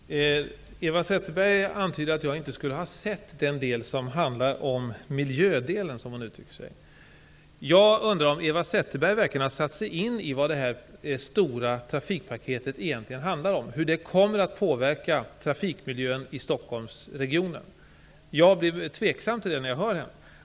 Fru talman! Eva Zetterberg antyder att jag inte skulle ha sett den del som handlar om miljöområdet. Jag undrar om Eva Zetterberg verkligen har satt sig in i vad det här stora trafikpaketet egentligen handlar om och hur det kommer att påverka trafikmiljön i Stockholmsregionen. Jag blir tveksam när jag hör henne.